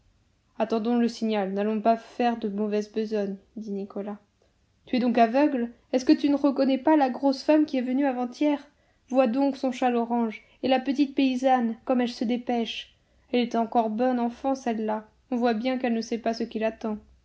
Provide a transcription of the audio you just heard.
attendons le signal n'allons pas faire de mauvaise besogne dit nicolas tu es donc aveugle est-ce que tu ne reconnais pas la grosse femme qui est venue avant-hier vois donc son châle orange et la petite paysanne comme elle se dépêche elle est encore bonne enfant celle-là on voit bien qu'elle ne sait pas ce qui l'attend